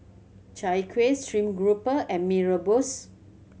Chai Kuih stream grouper and Mee Rebus